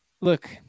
look